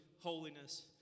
holiness